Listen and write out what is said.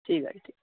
ঠিক আছে ঠিক আছে